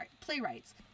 playwrights